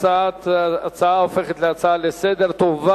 ההצעה הופכת להצעה לסדר-היום,